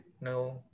No